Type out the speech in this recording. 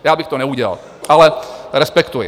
Já bych to neudělal, ale respektuji.